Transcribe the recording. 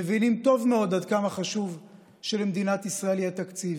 מבינים טוב מאוד עד כמה חשוב שלמדינת ישראל יהיה תקציב,